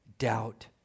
doubt